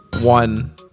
one